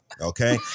okay